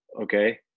okay